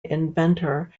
inventor